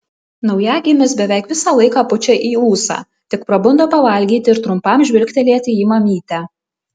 naujagimis beveik visą laiką pučia į ūsą tik prabunda pavalgyti ir trumpam žvilgtelėti į mamytę